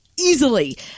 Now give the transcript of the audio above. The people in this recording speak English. easily